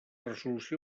resolució